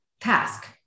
task